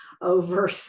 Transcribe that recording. over